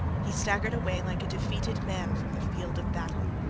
he staggered away like a defeated man from the field of battle.